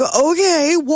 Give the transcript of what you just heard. okay